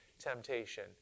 temptation